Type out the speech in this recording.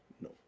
No